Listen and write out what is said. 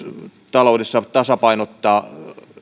taloudessa tasapainottamaan